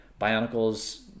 bionicles